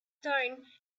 stone